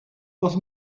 was